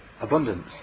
abundance